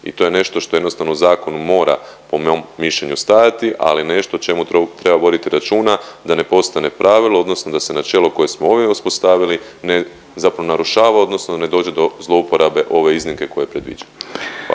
i to je nešto što jednostavno u zakonu mora po mom mišljenju stajati, ali nešto o čemu treba voditi računa da ne postane pravilo odnosno da se načelo koje smo ovim uspostavili ne zapravo narušava odnosno ne dođe do zlouporabe ove iznimke koja je predviđena. Hvala.